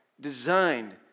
designed